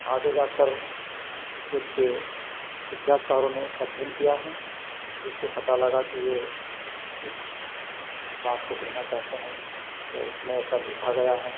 आगे जाकर कुछ इतिहासकारों ने अध्ययन किया है जिससे पता लगा कि ये इस बात को कहना चाहते हैं या इसमें ऐसा लिखा गया है